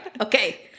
Okay